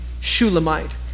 Shulamite